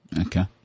okay